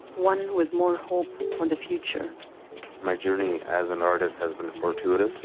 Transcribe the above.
one who has more hope for the future my journey as an artist has been fortuitous,